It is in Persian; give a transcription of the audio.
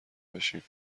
بشیم